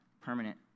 permanent